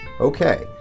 Okay